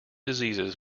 diseases